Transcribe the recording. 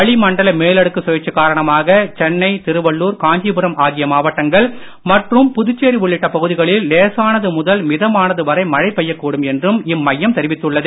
வளி மண்டல மேலடுக்கு சுழற்சி காரணமாக சென்னை திருவள்ளுர் காஞ்சிபுரம் ஆகிய மாவட்டங்கள் மற்றும் புதுச்சேரி உள்ளிட்ட பகுதிகளில் லேசானது முதல் மிதமானது வரை மழை பெய்யக்கூடும் என்றும் இம்மையம் தெரிவித்துள்ளது